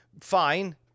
fine